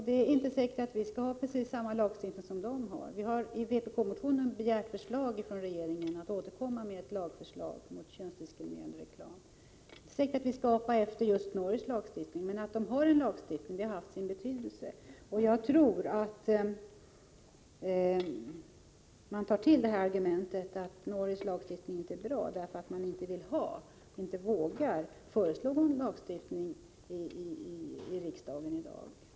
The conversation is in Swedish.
Det är inte säkert att vi skall ha precis samma lagstiftning som man har i Norge. Vi har i vpk-motionen begärt att regeringen skall återkomma till riksdagen med ett lagförslag mot könsdiskriminerande reklam. Det är inte säkert att vi skall apa efter just Norge i själva lagstiftningen. Men det faktum att man där har en lagstiftning har haft sin betydelse. Jag tror att man tar till argumentet att Norges lagstiftning inte är bra därför att man inte vill ha någon lagstiftning och därför att man i riksdagen i dag inte vågar föreslå någon lagstiftning.